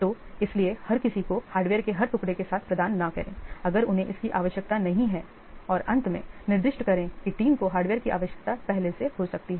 तो इसीलिए हर किसी को हार्डवेयर के हर टुकड़े के साथ प्रदान न करें अगर उन्हें इसकी आवश्यकता नहीं है और अंत में निर्दिष्ट करें कि टीम को हार्डवेयर की आवश्यकता पहले से हो सकती है